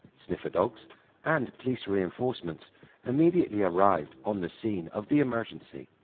sniffer dogs and police reinforcements immediately arrived on the scene of the emergency,